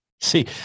See